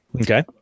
Okay